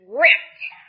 ripped